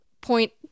point